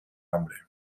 hambre